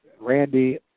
Randy